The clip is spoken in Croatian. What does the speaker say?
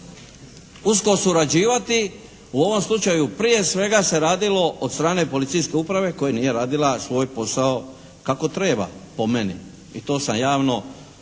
usko surađivati. U ovom slučaju prije svega od strane policijske uprave koja nije radila svoj posao kako treba, po meni, i to sam javno